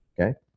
okay